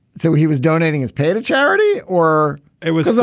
so he was donating his pay to charity or it was doesn't